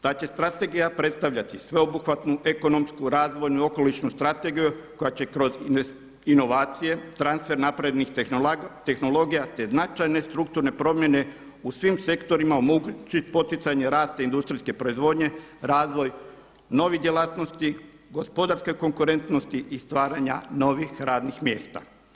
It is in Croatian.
Ta će strategija predstavljati sveobuhvatnu ekonomsku, razvojnu i okolišnu strategiju koja će kroz inovacije, transfer naprednih tehnologija te značajne strukturne promjene u svim sektorima omogućiti poticanje rasta industrijske proizvodnje, razvoj novih djelatnosti, gospodarske konkurentnosti i stvaranja novih radnih mjesta.